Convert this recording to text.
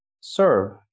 serve